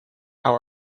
how